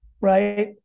right